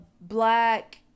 black